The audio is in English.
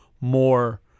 more